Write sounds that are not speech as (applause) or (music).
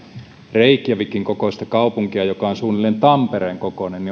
reykjavikin kokoista kaupunkia joka on suunnilleen tampereen kokoinen (unintelligible)